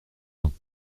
vingt